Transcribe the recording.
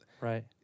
Right